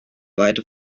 weiter